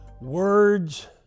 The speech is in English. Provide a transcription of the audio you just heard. words